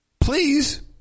Please